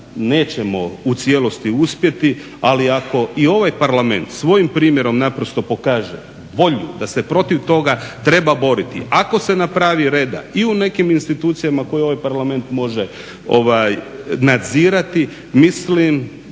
nećemo u cijelosti uspjeti, ali ako i ovaj Parlament svojim primjerom naprosto pokaže volju da se protiv toga treba boriti, ako se napravi reda i u nekim institucijama koje ovaj Parlament može nadzirati, mislim